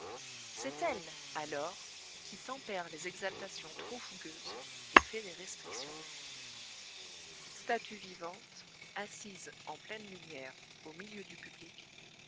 c'est elle alors qui tempère les exaltations trop fougueuses et fait des restrictions statue vivante assise en pleine lumière au milieu du public